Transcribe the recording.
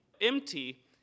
empty